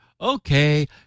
okay